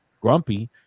Grumpy